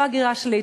לא הגירה שלילית,